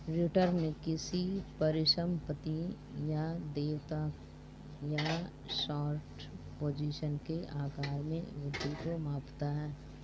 return किसी परिसंपत्ति या देयता या शॉर्ट पोजीशन के आकार में वृद्धि को मापता है